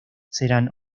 serán